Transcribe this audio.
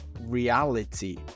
reality